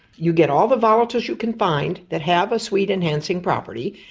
you get all the volatiles you can find that have a sweet enhancing property,